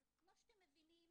אז כמו שאתם מבינים,